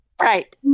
Right